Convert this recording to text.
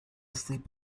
sleep